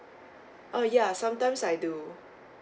oh ya sometimes I do